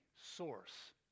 source